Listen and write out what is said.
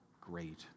great